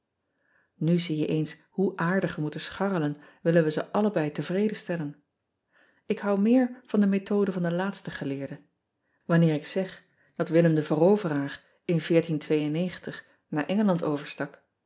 u zie je eens hoe aardig we moeten scharrelen willen we ze allebei tevreden stellen k houd meer van de methode van den laatsten geleerde anneer ik zeg dat illem de eroveraar in naar ngeland overstak